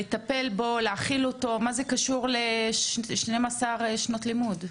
לטפל בו ולהאכיל אותו מה זה קשור ל-12 שנות לימוד?